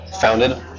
founded